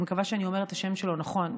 אני מקווה שאני אומרת את השם שלו נכון,